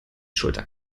schulter